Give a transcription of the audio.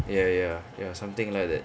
ya ya ya something like that